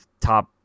top